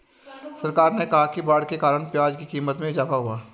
सरकार ने कहा कि बाढ़ के कारण प्याज़ की क़ीमत में इजाफ़ा हुआ है